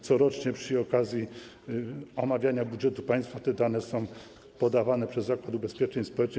Corocznie przy okazji omawiania budżetu państwa te dane są podawane przez Zakład Ubezpieczeń Społecznych.